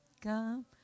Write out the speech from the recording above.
come